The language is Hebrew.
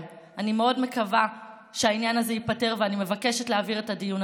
לא נפסיק להיאבק עד אשר אתם תקבלו את מה שמגיע לכם.